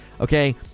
okay